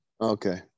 Okay